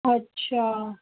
अच्छा